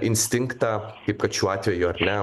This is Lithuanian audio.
instinktą kaip kad šiuo atveju ar ne